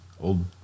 old